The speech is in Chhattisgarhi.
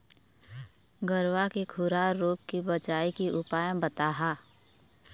गरवा के खुरा रोग के बचाए के उपाय बताहा?